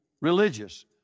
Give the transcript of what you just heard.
religious